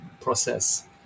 process